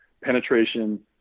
penetration